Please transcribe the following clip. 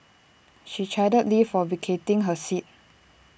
she chided lee for vacating her seat